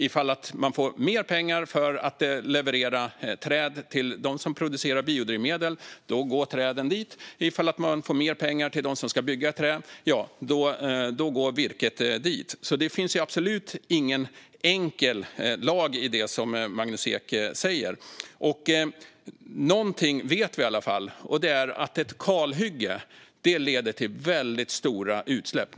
Ifall man får mer pengar för att leverera träd till dem som producerar biodrivmedel går träden dit, och ifall man får mer pengar av dem som ska bygga i trä - ja, då går virket dit. Det finns alltså absolut ingen enkel lag i det Magnus Ek säger. Någonting vet vi i alla fall, nämligen att ett kalhygge leder till väldigt stora utsläpp.